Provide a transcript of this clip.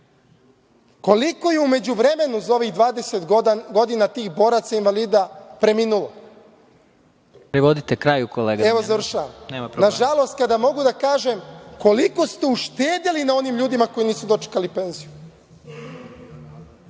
je u međuvremenu za ovih 20 godina tih boraca, invalida preminulo? Nažalost, kada mogu da kažem, koliko ste uštedeli na onim ljudima koji nisu dočekali penziju.